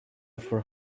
for